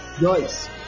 Joyce